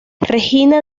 regina